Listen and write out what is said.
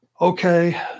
okay